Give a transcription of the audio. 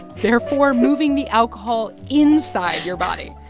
therefore moving the alcohol inside your body.